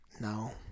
No